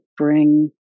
bring